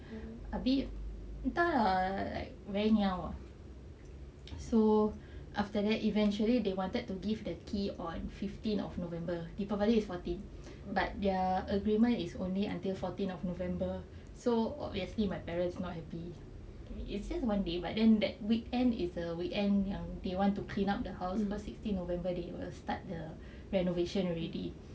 abeh entah lah like very niao ah so after that eventually they wanted to give the key on fifteen of november deepavali is fourteen but their agreement is only until fourteen of november so obviously my parents not happy it's just one day but then that weekend is a weekend yang they wanted to clean up the house cause sixteen november they will start the renovation already